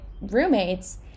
roommates